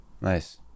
nice